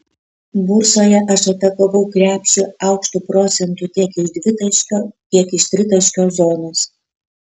bursoje aš atakavau krepšį aukštu procentu tiek iš dvitaškio tiek iš tritaškio zonos